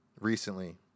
recently